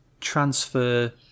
transfer